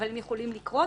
אבל הם יכולים לקרות.